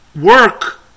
work